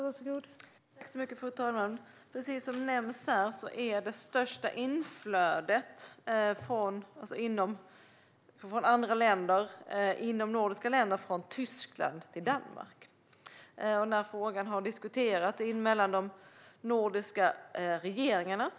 Fru talman! Precis som nämns här är det största inflödet från andra länder i de nordiska länderna från Tyskland till Danmark. Frågan har diskuterats mellan de nordiska regeringarna.